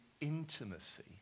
intimacy